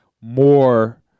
more